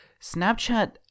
Snapchat